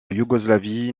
yougoslavie